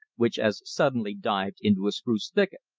which as suddenly dived into a spruce thicket.